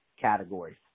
categories